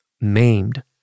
maimed